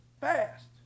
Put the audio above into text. Fast